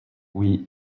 oui